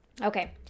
Okay